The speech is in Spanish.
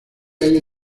hay